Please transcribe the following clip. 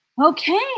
Okay